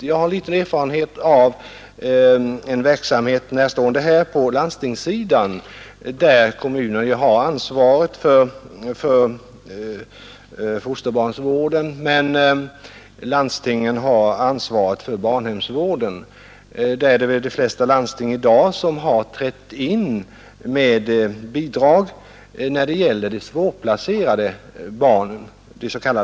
Jag har viss erfarenhet av en verksamhet närstående denna, nämligen på landstingssidan. Kommunerna har ansvaret för fosterbarnsvården, medan landstingen har ansvaret för barnhemsvården. De flesta landsting har väl trätt in med bidrag när det gäller de s.k. svårplacerade barnen i fosterhem.